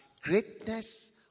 greatness